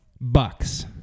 Bucks